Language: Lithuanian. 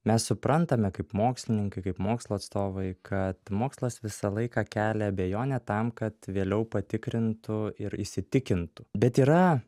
mes suprantame kaip mokslininkai kaip mokslo atstovai kad mokslas visą laiką kelia abejonę tam kad vėliau patikrintų ir įsitikintų bet yra